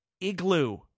Igloo